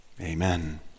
amen